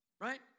Right